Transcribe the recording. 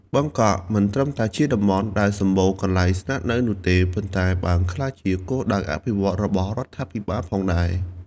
បឹងកក់មិនត្រឹមតែជាតំបន់ដែលសម្បូរកន្លែងស្នាក់នៅនោះទេ ប៉ុន្តែបានក្លាយជាគោលដៅអភិវឌ្ឍរបស់រដ្ឋាភិបាលផងដែរ។